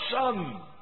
son